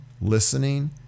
listening